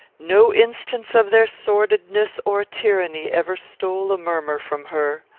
no instance of their sordidness or tyranny ever stole a murmur from her.